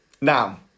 Now